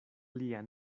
lia